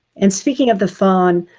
and speaking of the phone,